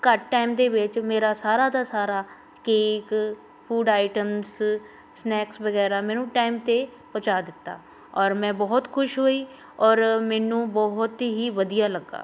ਘੱਟ ਟਾਇਮ ਦੇ ਵਿੱਚ ਮੇਰਾ ਸਾਰਾ ਦਾ ਸਾਰਾ ਕੇਕ ਫੂਡ ਆਈਟਮਸ ਸਨੈਕਸ ਵਗੈਰਾ ਮੈਨੂੰ ਟਾਇਮ 'ਤੇ ਪਹੁੰਚਾ ਦਿੱਤਾ ਔਰ ਮੈਂ ਬਹੁਤ ਖੁਸ਼ ਹੋਈ ਔਰ ਮੈਨੂੰ ਬਹੁਤ ਹੀ ਵਧੀਆ ਲੱਗਾ